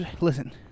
listen